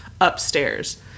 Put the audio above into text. upstairs